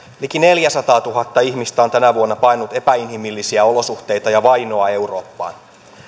liki neljäsataatuhatta ihmistä on tänä vuonna paennut epäinhimillisiä olosuhteita ja vainoa eurooppaan